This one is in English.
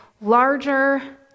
larger